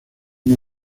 una